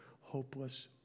hopeless